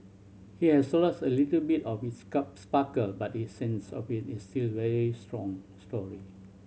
he has so lost a little bit of its sparkle but the essence of it is still very strong story